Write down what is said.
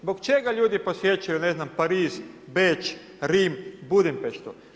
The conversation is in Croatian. Zbog čega ljudi posjećuju ne znam, Pariz, Beč, Rim, Budimpeštu?